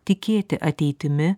tikėti ateitimi